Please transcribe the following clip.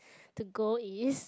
to go is